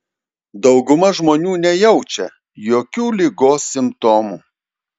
dauguma žmonių nejaučia jokių ligos simptomų